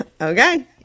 Okay